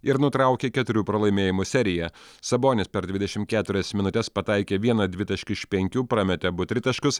ir nutraukė keturių pralaimėjimų seriją sabonis per dvidešimt keturias minutes pataikė vieną dvitaškį iš penkių prametė abu tritaškius